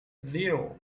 zero